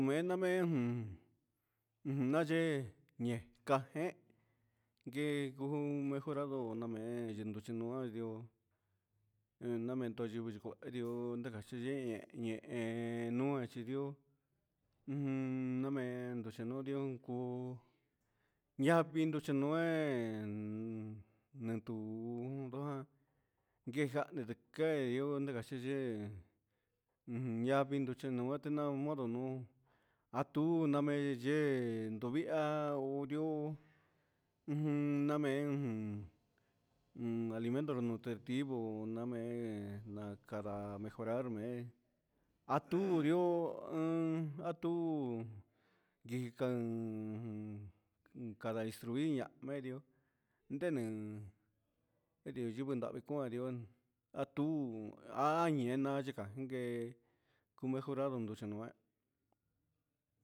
Mena mee jun ujun nda yee nda jeeh cuu na mee mejorado namee yitu nia nua ndioo yee na mento yivɨ yucuehe ndioo nda cachi yee ñehen nuan chi ndioo ujun namee nduxe ndioo yavi ndu xe nuan ñe tuu guejahnu quee yoo na chi yee ujun ñavi nditi nun modo a tu na mee yehe nduvia yuu na mee ujun alimento nutritivo namee para mejorarme a tu ndioo a tuu can jun cada destruir medio ndene yivɨ ndahvi cuan ndioo a tu añenia ni cachi yee mejorado nduchanue